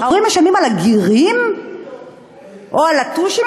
ההורים משלמים על הגירים או על הטושים?